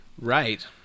Right